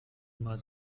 immer